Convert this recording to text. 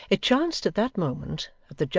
it chanced at that moment,